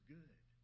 good